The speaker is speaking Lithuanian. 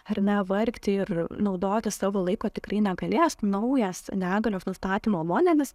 ar ne vargti ir naudotis savo laiko tikrai negalės naujas negalios nustatymo modelis